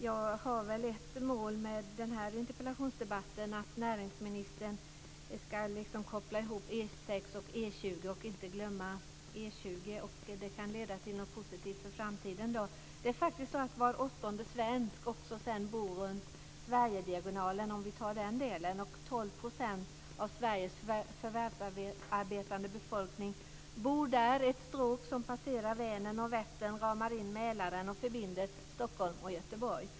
Jag har ett mål med den här interpellationsdebatten, nämligen att näringsministern liksom ska koppla ihop E 6 och E 20, och inte glömma E 20. Det kan leda till något positivt för framtiden. Det är faktiskt så att var åttonde svensk bor runt Sverigediagonalen. 12 % av Sveriges förvärvsarbetande befolkning bor här. Det är ett stråk som passerar Vänern och Vättern, ramar in Mälaren och förbinder Stockholm och Göteborg.